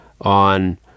on